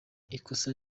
ikosa